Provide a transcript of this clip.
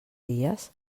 dies